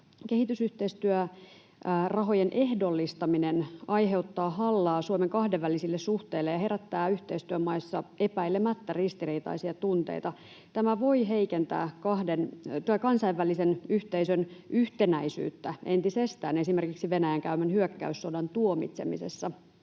Kehitysyhteistyörahojen ehdollistaminen aiheuttaa hallaa Suomen kahdenvälisille suhteille ja herättää yhteistyömaissa epäilemättä ristiriitaisia tunteita. Tämä voi heikentää kansainvälisen yhteisön yhtenäisyyttä entisestään esimerkiksi Venäjän käymän hyökkäyssodan tuomitsemisessa.